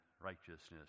righteousness